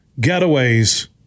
getaways